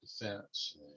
defense